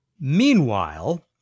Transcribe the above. Meanwhile